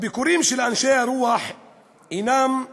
הביקורים של אנשי הרוח הנם פסטורליים,